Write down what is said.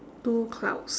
two clouds